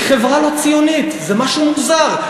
היא חברה לא ציונית, זה משהו מוזר.